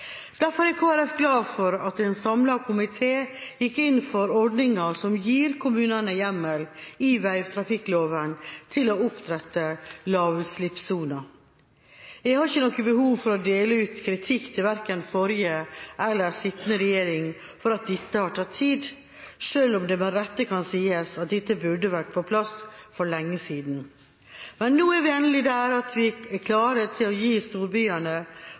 Derfor er Kristelig Folkeparti glad for at en samlet komité gikk inn for ordninga som gir kommunene hjemmel i veitrafikkloven til å opprette lavutslippssoner. Jeg har ikke noe behov for å dele ut kritikk til verken forrige eller sittende regjering for at dette har tatt tid, selv om det med rette kan sies at dette burde vært på plass for lenge siden. Men nå er vi endelig kommet dit at vi er klare til å gi